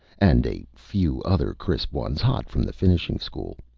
and a few other crisp ones, hot from the finishing school,